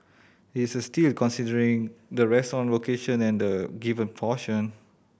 it is a steal considering the restaurant location and the given portion